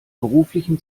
beruflichen